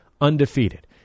Undefeated